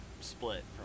split